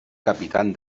capitán